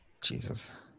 Jesus